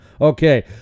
Okay